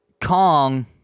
Kong